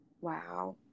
Wow